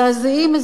מזעזעים.